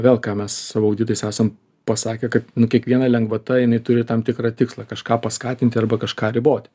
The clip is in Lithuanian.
vėl ką mes su auditais esam pasakę kad kiekviena lengvata jinai turi tam tikrą tikslą kažką paskatinti arba kažką riboti